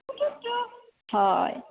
হয়